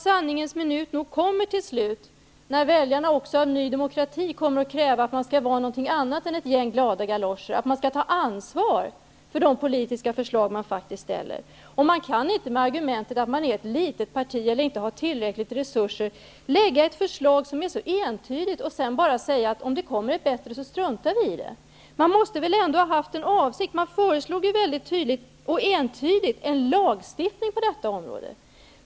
Sanningens minut kommer nog till slut, då väljarna även av Ny demokrati kommer att kräva att partiet skall vara någonting annat än ett gäng glada galoscher och i stället ta ansvar för de politiska förslag som man faktiskt lägger fram. Man kan inte med argumentet att man är ett litet parti och inte har tillräckliga resurser lägga fram ett förslag som är så entydigt och sedan bara säga, att om det kommer ett bättre förslag, så struntar vi i vårt förslag. Partiet måste väl ändå haft en avsikt. Partiet har mycket tydligt och entydigt föreslagit en lagstiftning på detta område.